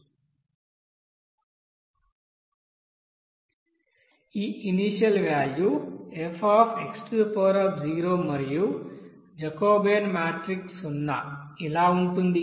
ఈ initial value Fx మరియు Jacobian matrix సున్నా ఇలా ఉంటుంది